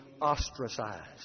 ostracized